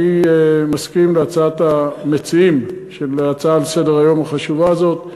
אני מסכים להצעת המציעים של ההצעה לסדר-היום החשובה הזאת,